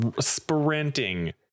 sprinting